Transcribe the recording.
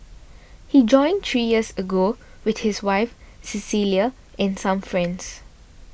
he joined three years ago with his wife Cecilia and some friends